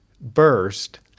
burst